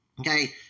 okay